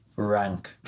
rank